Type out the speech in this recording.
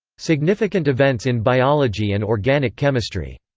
significant events in biology and organic chemistry